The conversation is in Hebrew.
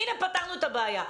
הנה פתרנו את הבעיה.